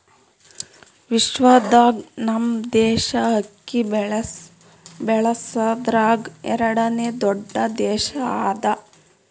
ವಿಶ್ವದಾಗ್ ನಮ್ ದೇಶ ಅಕ್ಕಿ ಬೆಳಸದ್ರಾಗ್ ಎರಡನೇ ದೊಡ್ಡ ದೇಶ ಅದಾ